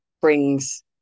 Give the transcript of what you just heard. brings